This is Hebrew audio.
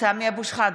סמי אבו שחאדה,